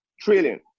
trillion